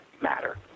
matter